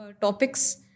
topics